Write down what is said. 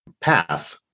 path